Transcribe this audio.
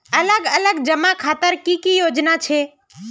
अलग अलग जमा खातार की की योजना छे?